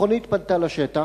המכונית פנתה לשטח,